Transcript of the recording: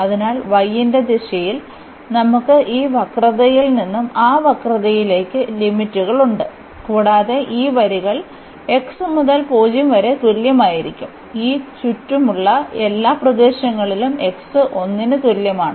അതിനാൽ y ന്റെ ദിശയിൽ നമുക്ക് ഈ വക്രതയിൽ നിന്ന് ആ വക്രതയിലേക്ക് ലിമിറ്റുകളുണ്ട് കൂടാതെ ഈ വരികൾ x മുതൽ 0 വരെ തുല്യമായിരിക്കും ഈ ചുറ്റുമുള്ള എല്ലാ പ്രദേശങ്ങളിലും x 1 ന് തുല്യമാണ്